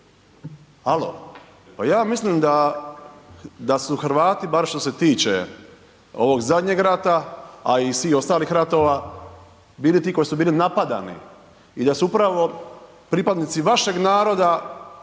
pa ja mislim da su Hrvati baš što se tiče ovog zadnjeg rata, a i svih ostalih ratova, bili ti koji su bili napadani i da su upravo pripadnici vašeg naroda